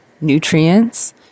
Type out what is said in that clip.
nutrients